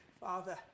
Father